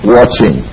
watching